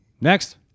Next